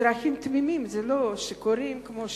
אזרחים תמימים, לא שיכורים כמו שכתבו,